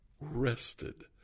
rested